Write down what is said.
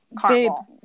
caramel